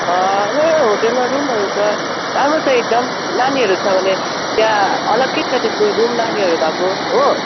होटेलमा रुमहरू त राम्रो छ एकदम नानीहरू छ भने त्यहाँ अलग्गै छ त्यसको रुम नानीहरू भएको हो